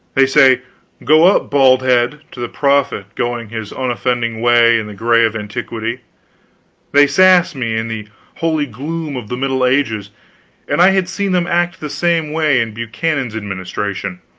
they say go up, baldhead to the prophet going his unoffending way in the gray of antiquity they sass me in the holy gloom of the middle ages and i had seen them act the same way in buchanan's administration